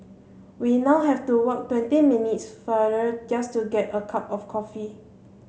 we now have to walk twenty minutes farther just to get a cup of coffee